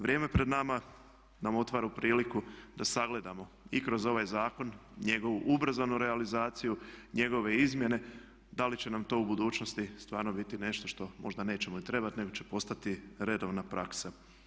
Vrijeme pred nama nam otvara priliku da sagledamo i kroz ovaj zakon njegovu ubrzanu realizaciju, njegove izmjene, da li će nam to u budućnosti stvarno biti nešto što možda nećemo ni trebati nego će postati redovna praksa.